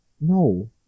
No